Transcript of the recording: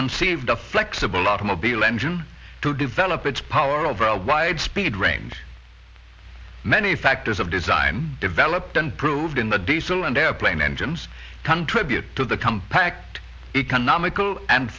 conceived a flexible automobile engine to develop its power over a wide speed range many factors of design developed and proved in the diesel and airplane engines contribute to the compact economical and